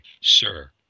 Sir